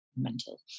mental